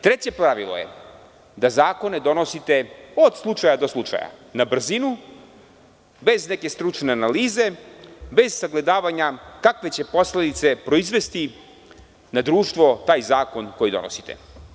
Treće pravilo je da zakone donosite od slučaja do slučaja, na brzinu, bez neke stručne analize, bez sagledavanja kakve će posledice proizvesti na društvo taj zakon koji donosite.